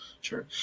Sure